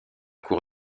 cour